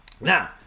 Now